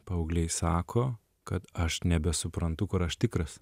paaugliai sako kad aš nebesuprantu kur aš tikras